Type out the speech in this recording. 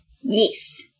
Yes